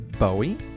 Bowie